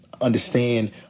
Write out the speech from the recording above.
understand